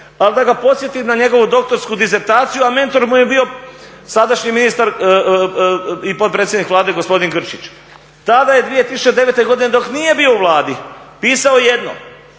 ali da ga podsjetim na njegovu doktorsku disertaciju, a mentor mu je bio sadašnji ministar i potpredsjednik Vlade, gospodin Grčić. Tada je 2009. godine dok nije bio u Vladi pisao jedno,